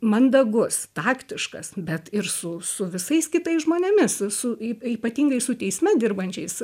mandagus taktiškas bet ir su su visais kitais žmonėmis su y ypatingai su teisme dirbančiais